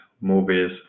movies